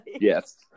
Yes